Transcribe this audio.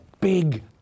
big